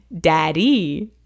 daddy